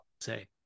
say